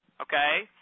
Okay